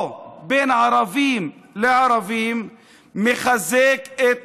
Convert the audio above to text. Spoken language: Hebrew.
או בין ערבים לערבים, מחזק את נתניהו,